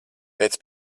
pēc